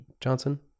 Johnson